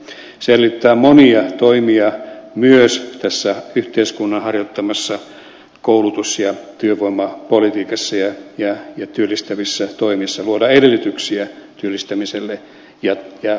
se edellyttää monia toimia myös tässä yhteiskunnan harjoittamassa koulutus ja työvoimapolitiikassa ja työllistävissä toimissa luoda edellytyksiä työllistämiselle ja panostaa siihen itse